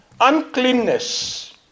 uncleanness